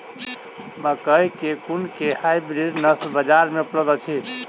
मकई केँ कुन केँ हाइब्रिड नस्ल बजार मे उपलब्ध अछि?